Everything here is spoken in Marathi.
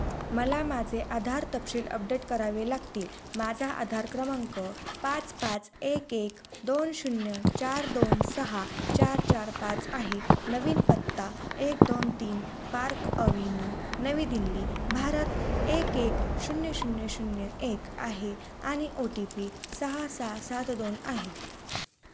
मला माझे आधार तपशील अपडेट करावे लागतील माझा आधार क्रमांक पाच पाच एक एक दोन शून्य चार दोन सहा चार चार पाच आहे नवीन पत्ता एक दोन तीन पार्क अव्हेन्यू नवी दिल्ली भारत एक एक शून्य शून्य शून्य एक आहे आणि ओ टी पी सहा सहा सात दोन आहे